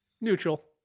Neutral